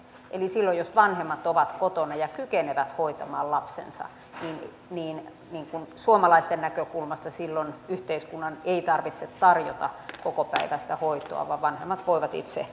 eli silloin jos vanhemmat ovat kotona ja kykenevät hoitamaan lapsensa suomalaisten näkökulmasta yhteiskunnan ei tarvitse tarjota kokopäiväistä hoitoa vaan vanhemmat voivat itse hoitaa lapset